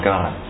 God